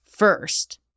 first